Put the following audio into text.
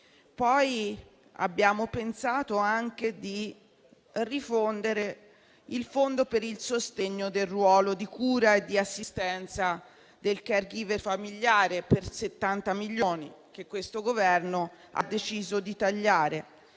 Abbiamo pensato anche di rifondere il Fondo per il sostegno al ruolo di cura e di assistenza del *caregiver* familiare per 70 milioni, che questo Governo ha deciso di tagliare,